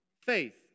faith